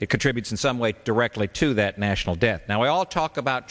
it contributes in some way directly to that national debt now we all talk about